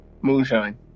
Moonshine